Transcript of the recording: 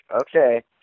okay